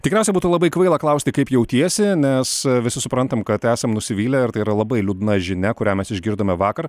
tikriausiai būtų labai kvaila klausti kaip jautiesi nes visi suprantam kad esam nusivylę ir tai yra labai liūdna žinia kurią mes išgirdome vakar